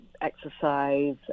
exercise